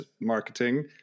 marketing